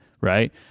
right